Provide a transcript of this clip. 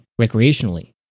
recreationally